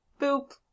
boop